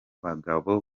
bagabo